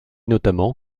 notamment